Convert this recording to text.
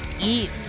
eat